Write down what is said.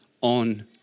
on